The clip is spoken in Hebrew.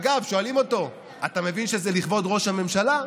אגב, שואלים אותו, אתה מבין שזה לכבוד ראש הממשלה?